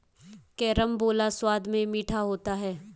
carambola स्वाद में मीठा होता है